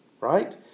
right